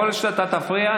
ככל שתפריע,